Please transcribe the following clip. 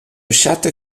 chatte